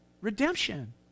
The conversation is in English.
redemption